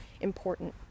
important